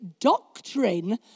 doctrine